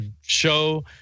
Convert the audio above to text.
show